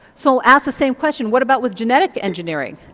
so ask the same question what about with genetic engineering?